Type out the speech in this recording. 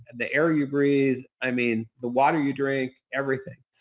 and the air you breathe, i mean the water you drink, everything.